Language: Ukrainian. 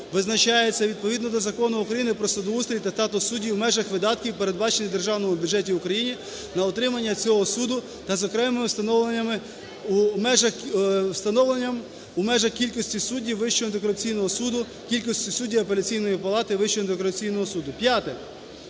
визначається відповідно до Закону України "Про судоустрій та статус суддів" у межах видатків, передбачених у Державному бюджеті України на утримання цього суду, та із окремим встановленням, у межах кількості суддів Вищого антикорупційного суду, кількості суддів Апеляційної палати Вищого антикорупційного суду". П'яте.